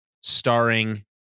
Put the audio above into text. Starring